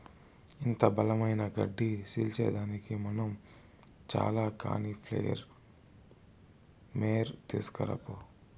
ఇంత బలమైన గడ్డి సీల్సేదానికి మనం చాల కానీ ప్లెయిర్ మోర్ తీస్కరా పో